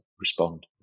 respond